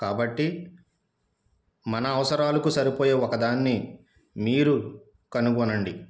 కాబట్టి మన అవసరాలకు సరిపోయే ఒకదాన్ని మీరు కనుగొనండి